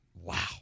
Wow